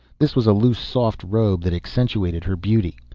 this was a loose, soft robe that accentuated her beauty.